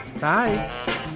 Bye